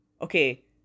okay